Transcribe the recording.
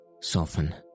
soften